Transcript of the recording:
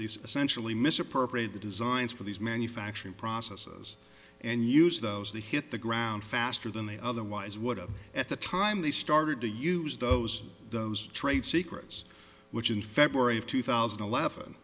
these essentially misappropriate the designs for these manufacturing processes and used those they hit the ground faster than they otherwise would have at the time they started to use those trade secrets which in february of two thousand and eleven